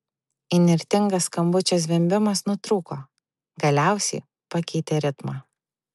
įnirtingas skambučio zvimbimas nutrūko galiausiai pakeitė ritmą